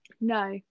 no